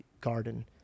garden